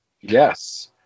Yes